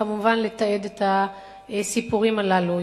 וכמובן לתעד את הסיפורים הללו.